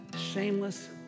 shameless